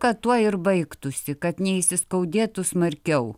kad tuo ir baigtųsi kad neįsiskaudėtų smarkiau